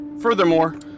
Furthermore